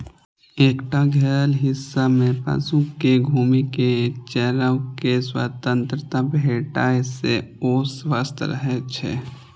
एकटा घेरल हिस्सा मे पशु कें घूमि कें चरै के स्वतंत्रता भेटै से ओ स्वस्थ रहै छै